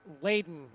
laden